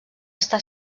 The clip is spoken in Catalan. està